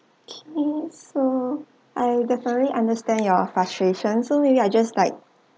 okay so I definitely understand your frustration so maybe I just like